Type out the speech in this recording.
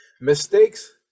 mistakes